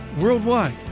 worldwide